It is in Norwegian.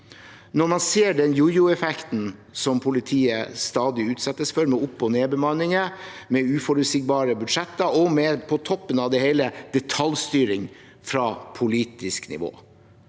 når man ser den jojoeffekten politiet stadig utsettes for, med opp- og nedbemanninger, med uforutsigbare budsjetter og – på toppen av det hele – med detaljstyring fra politisk nivå.